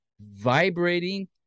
vibrating